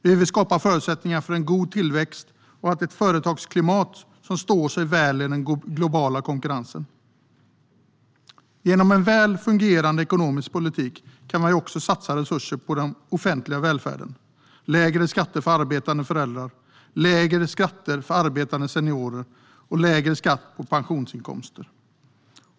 Vi vill skapa förutsättningar för en god tillväxt och ett företagsklimat som står sig väl i den globala konkurrensen. Genom en välfungerande ekonomisk politik kan vi också satsa resurser på den offentliga välfärden, lägre skatt för arbetande föräldrar, lägre skatt för arbetande seniorer och lägre skatt på pensionsinkomster.